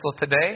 today